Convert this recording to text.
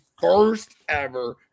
first-ever